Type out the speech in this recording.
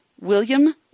William